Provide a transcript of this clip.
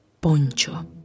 poncho